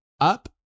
up